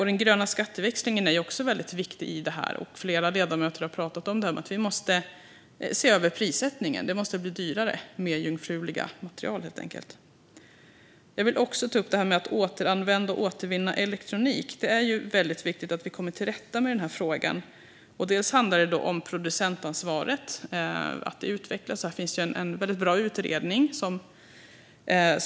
Den gröna skatteväxlingen är också väldigt viktig i detta. Flera ledamöter har talat om att vi måste se över prissättningen. Det måste helt enkelt bli dyrare med jungfruliga material. Jag vill också ta upp detta med att återanvända och återvinna elektronik. Det är väldigt viktigt att vi kommer till rätta med frågan. Det handlar om att producentansvaret utvecklas. Här finns en väldigt bra utredning.